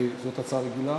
זאת הצעה רגילה?